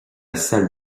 salle